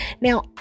Now